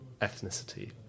ethnicity